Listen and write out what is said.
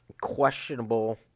questionable